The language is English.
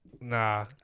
nah